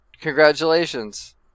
Congratulations